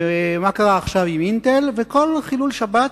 ומה קרה עכשיו עם "אינטל", וכל חילול שבת,